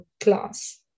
class